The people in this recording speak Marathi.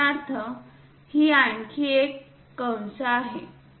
उदाहरणार्थ ही आणखी एक कंस आहे